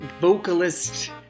vocalist